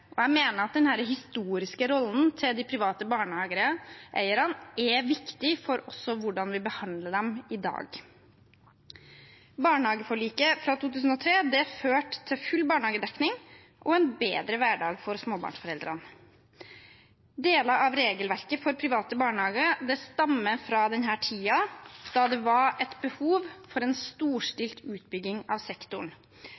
Jeg mener at denne historiske rollen til de private barnehageeierne er viktig også for hvordan vi behandler dem i dag. Barnehageforliket fra 2003 førte til full barnehagedekning og en bedre hverdag for småbarnsforeldrene. Deler av regelverket for private barnehager stammer fra denne tiden, da det var et behov for en